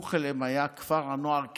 סמוך אליהם היה כפר הנוער קדמה.